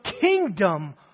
kingdom